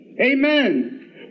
Amen